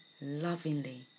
lovingly